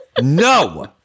No